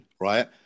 right